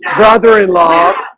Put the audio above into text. brother-in-law